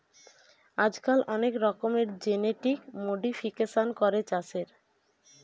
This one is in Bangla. আজকাল অনেক রকমের সব জেনেটিক মোডিফিকেশান করে চাষের